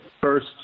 first